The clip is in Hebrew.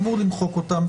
אמור למחוק אותם?